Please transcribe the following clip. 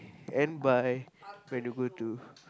and buy when you go to